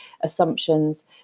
assumptions